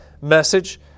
message